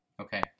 Okay